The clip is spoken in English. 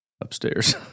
upstairs